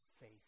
faith